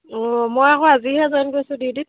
অঁ মই আকৌ আজিহে জইন কৰিছোঁ ডিউটিত